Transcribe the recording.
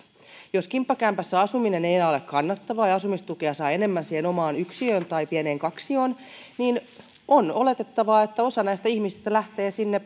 jos kimppakämpässä asuminen ei ole enää kannattavaa ja asumistukea saa enemmän omaan yksiöön tai pieneen kaksioon niin on oletettavaa että osa näistä ihmisistä lähtee sinne